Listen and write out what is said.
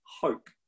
hope